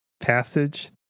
passage